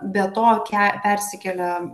be to ke persikelia